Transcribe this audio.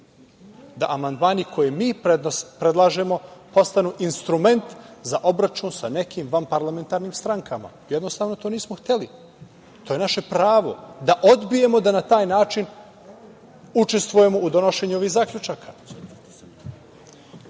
da amandmani koje mi predlažemo, postanu instrument za obračun sa nekim vanparlamentarnim strankama. Jednostavno to nismo hteli. To je naše pravo da odbijemo da na taj način učestvujemo u donošenju ovih zaključaka. Ne